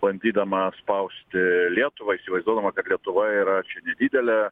bandydama spausti lietuvą įsivaizduodama kad lietuva yra nedidelė